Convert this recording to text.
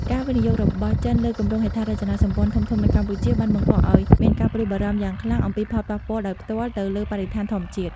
ការវិនិយោគរបស់ចិនលើគម្រោងហេដ្ឋារចនាសម្ព័ន្ធធំៗនៅកម្ពុជា បានបង្កឲ្យមានការព្រួយបារម្ភយ៉ាងខ្លាំងអំពីផលប៉ះពាល់ដោយផ្ទាល់ទៅលើបរិស្ថានធម្មជាតិ។